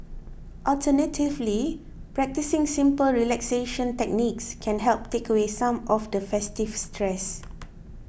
alternatively practising simple relaxation techniques can help take away some of the festive stress